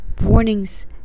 warnings